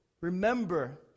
remember